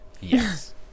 Yes